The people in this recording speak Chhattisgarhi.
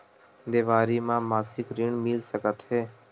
देवारी म मासिक ऋण मिल सकत हे?